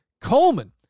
Coleman